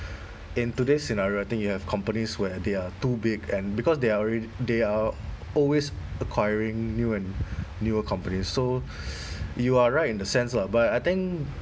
in today's scenario I think you have companies where they are too big and because they are alread~ they are always acquiring new and newer companies so you are right in the sense lah but I think